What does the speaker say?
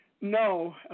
no